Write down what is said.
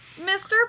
Mr